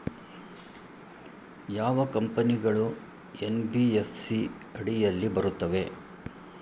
ಯಾವ ಕಂಪನಿಗಳು ಎನ್.ಬಿ.ಎಫ್.ಸಿ ಅಡಿಯಲ್ಲಿ ಬರುತ್ತವೆ?